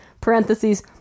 parentheses